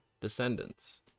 descendants